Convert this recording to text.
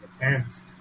tens